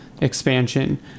expansion